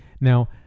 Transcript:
Now